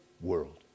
world